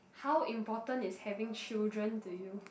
how important is having children to you